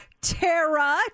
Tara